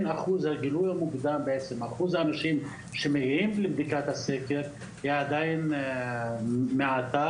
אחוז האנשים שמגיעים לבדיקת הסקר הוא עדיין מועט,